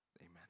Amen